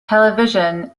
television